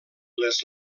les